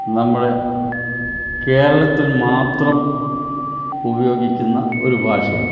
നമ്മുടെ കേരളത്തിൽ മാത്രം ഉപയോഗിക്കുന്ന ഒരു ഭാഷയാണ്